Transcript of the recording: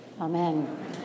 Amen